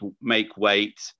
make-weight